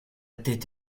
tête